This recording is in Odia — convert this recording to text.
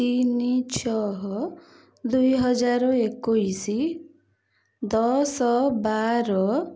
ତିନି ଛଅ ଦୁଇ ହଜାର ଏକୋଇଶି ଦଶ ବାର